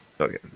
Okay